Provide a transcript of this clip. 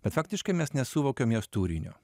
bet faktiškai mes nesuvokiam jos turinio